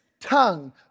tongue